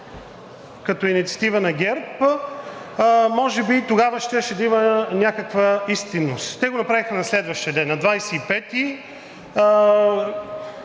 като инициатива на ГЕРБ, може би тогава щеше да има някаква истинност. Те го направиха на следващия ден – на 25-и,